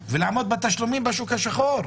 שנשלחו בהתאם לסעיף 40,